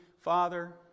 Father